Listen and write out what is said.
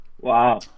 Wow